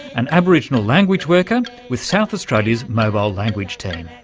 an aboriginal language worker with south australia's mobile language team.